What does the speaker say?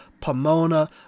Pomona